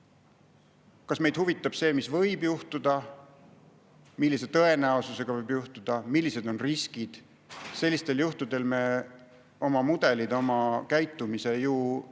kas meid huvitab see, mis võib juhtuda, millise tõenäosusega võib juhtuda, millised on riskid. Sellistel juhtudel me oma mudelid, oma käitumise ju rajamegi